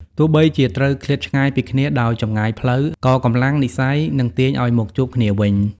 ទោះបីជាត្រូវឃ្លាតឆ្ងាយពីគ្នាដោយចម្ងាយផ្លូវ ក៏កម្លាំងនិស្ស័យនឹងទាញឱ្យមកជួបគ្នាវិញ។